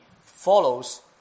follows